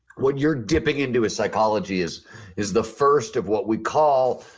what you're dipping into psychology is is the first of what we call,